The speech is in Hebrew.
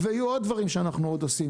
ויהיו עוד דברים שאנחנו עושים.